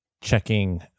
checking